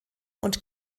und